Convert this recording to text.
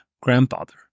grandfather